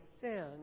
sin